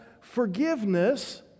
forgiveness